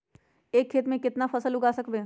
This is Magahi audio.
एक खेत मे केतना फसल उगाय सकबै?